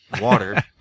Water